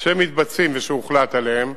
ושהוחלט עליהם,